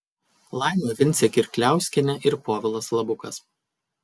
laima vincė kirkliauskienė ir povilas labukas